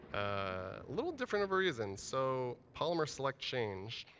a little different of a reason. so polymer, select change.